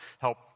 help